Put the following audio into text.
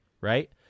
right